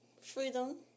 freedom